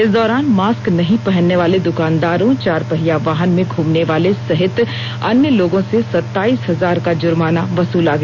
इस दौरान मास्क नहीं पहनने वाले दुकानदारों चार पहिया वाहन में घूमने वाले सहित अन्य लोगों से सताईस हजार का जुर्माना वसूला गया